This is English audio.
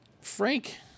frank